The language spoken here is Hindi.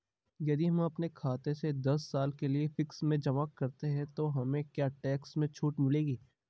यदि हम अपने खाते से दस साल के लिए फिक्स में जमा करते हैं तो हमें क्या टैक्स में छूट मिलेगी?